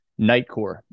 Nightcore